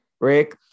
Rick